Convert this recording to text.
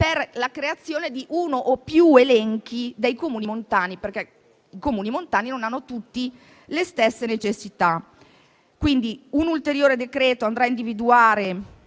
per la creazione di uno o più elenchi dei Comuni montani, perché i Comuni montani non hanno tutti le stesse necessità. Un ulteriore decreto andrà a individuare